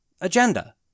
agenda